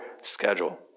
schedule